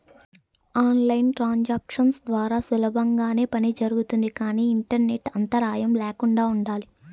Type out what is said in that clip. on line transactions ద్వారా సులభంగానే పని జరుగుతుంది కానీ ఇంటర్నెట్ అంతరాయం ల్యాకుండా ఉండాలి